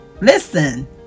Listen